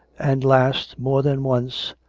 and, last, more than once,